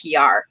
PR